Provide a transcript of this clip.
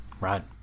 Right